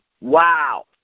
Wow